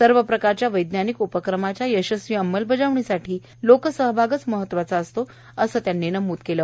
सर्व प्रकारच्या वैज्ञानिक उपक्रमाच्या यशस्वी अंमलबजावणीसाठी लोकसहभाग महत्वाचा असतो असं त्यांनी नमूद केलं